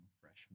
freshman